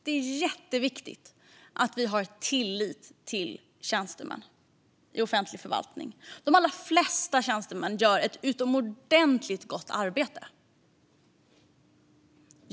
Det är jätteviktigt att vi har tillit till tjänstemännen i offentlig förvaltning. De allra flesta tjänstemän gör ett utomordentligt gott arbete.